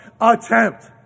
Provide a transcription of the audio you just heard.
attempt